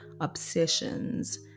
obsessions